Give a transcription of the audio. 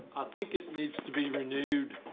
i think it needs to be renewed.